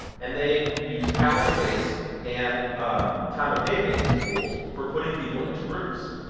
and they use calendar based and time of day based rules for putting people into groups.